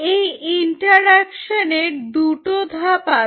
এই ইন্টারঅ্যাকশন এর দুটো ধাপ আছে